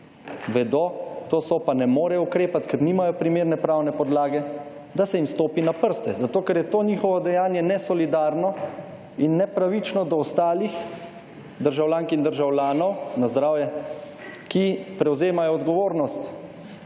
vemo, to so, pa ne morejo ukrepati, ker nimajo primerne pravne podlage, da se jim stopi na prste, zato ker je to njihovo dejanje nesolidarno in nepravično do ostalih državljank in državljanov, na zdravje, ki prevzemajo odgovornost